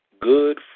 good